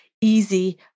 easy